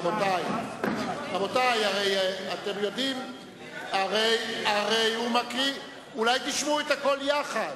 רבותי, הרי אתם יודעים, אולי תשמעו את הכול יחד.